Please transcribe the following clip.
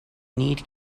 need